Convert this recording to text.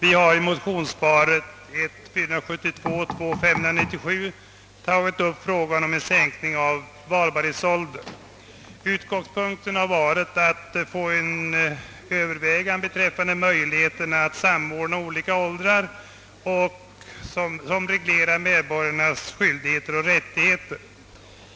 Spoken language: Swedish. I motionsparet I: 472 och II: 597 har vi tagit upp frågan om en sänkning av valbarhetsåldern, varvid utgångspunkten har varit att få till stånd ett övervägande beträffande möjligheterna att samordna olika åldersgränser som reglerar medborgarnas skyldigheter och rättigheter.